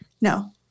no